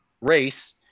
race